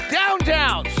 downtown